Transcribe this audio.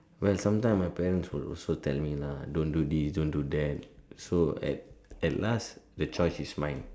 well sometimes my parents will also tell me lah don't do this don't do that so at at last the choice is mine